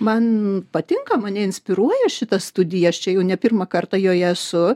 man patinka mane inspiruoja šita studija čia jau ne pirmą kartą joje esu